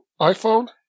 iPhone